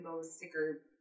sticker